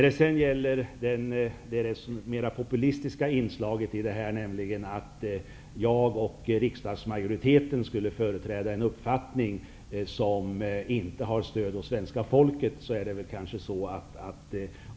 Det mera populistiska inslaget i Christer Windéns inlägg var att jag och riksdagsmajoriteten skulle företräda en uppfattning som inte har stöd hos svenska folket.